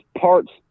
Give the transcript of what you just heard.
parts